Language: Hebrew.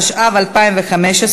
התשע"ו 2015,